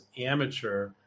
amateur